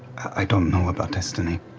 i don't know about destiny.